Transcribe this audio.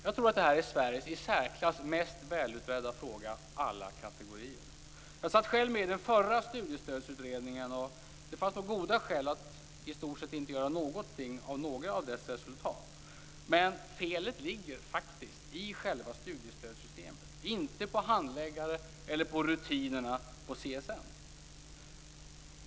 Jag tror att det här är Sveriges i särklass mest välutredda fråga, alla kategorier. Jag satt själv med i den förra studiestödsutredningen. Det fanns nog goda skäl att i stort sett inte göra någonting av några av dess resultat. Men felet ligger faktiskt i själva studiestödssystemet, inte hos handläggare eller i rutinerna på CSN.